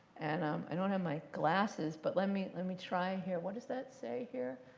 and um i don't have my glasses, but let me let me try here. what does that say here?